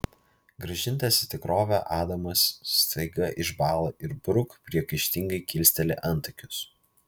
grąžintas į tikrovę adamas staiga išbąla ir bruk priekaištingai kilsteli antakius